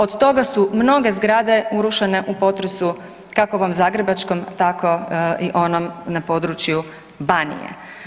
Od toga su mnoge zgrade urušene u potresu kako ovom zagrebačkom, tako i onom na području Banije.